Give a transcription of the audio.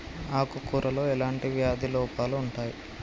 ఆకు కూరలో ఎలాంటి వ్యాధి లోపాలు ఉంటాయి?